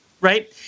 right